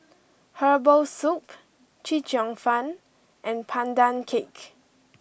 Herbal Soup Chee Cheong Fun and Pandan Cake